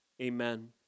Amen